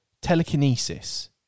telekinesis